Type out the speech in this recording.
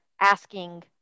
asking